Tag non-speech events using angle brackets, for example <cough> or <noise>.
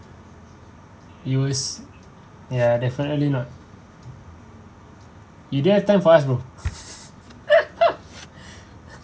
you were ya definitely not you don't have time for us bro <laughs>